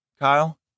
Kyle